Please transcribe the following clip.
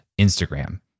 instagram